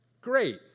great